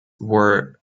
were